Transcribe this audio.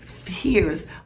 Fears